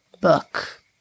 book